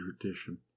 tradition